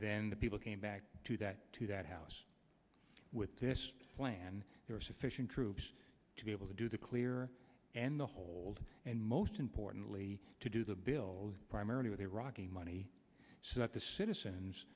then the people came back to that to that house with this plan there are sufficient troops to be able to do the clear and the hold and most importantly to do the building primarily with iraq money so that the citizens